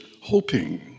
hoping